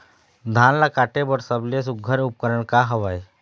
धान ला काटे बर सबले सुघ्घर उपकरण का हवए?